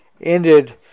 ended